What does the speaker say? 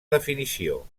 definició